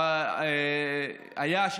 רק